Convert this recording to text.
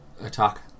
attack